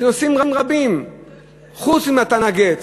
יש נושאים רבים חוץ ממתן הגט,